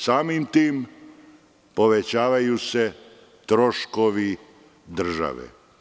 Samim tim povećavaju se troškovi države.